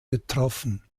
betroffen